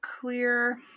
clear